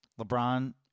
LeBron